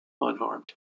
unharmed